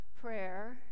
prayer